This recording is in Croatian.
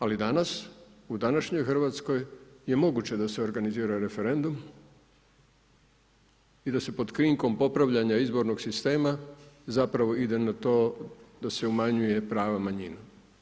Ali danas, u današnjoj Hrvatskoj je moguće da se organizira referendum i da se pod krinkom popravljanja izbornog sistema zapravo ide na to da se umanjuju prava manjina.